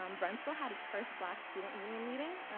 um brentsville had its first black student union meeting,